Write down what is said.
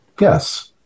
Yes